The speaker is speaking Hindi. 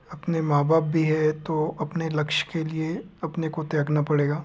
अपने माँ बाप भी हैं तो अपने लक्ष्य के लिए अपने को त्यागना पड़ेगा